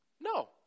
No